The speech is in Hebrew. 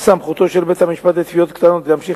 סמכותו של בית-המשפט לתביעות קטנות להמשיך